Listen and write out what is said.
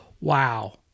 wow